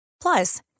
Plus